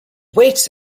wait